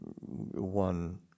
one